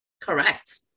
Correct